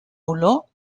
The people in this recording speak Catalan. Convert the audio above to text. olor